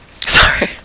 Sorry